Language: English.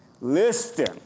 Listen